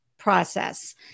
process